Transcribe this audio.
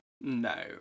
no